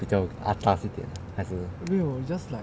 比较 atas 一点还是